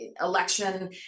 election